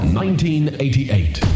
1988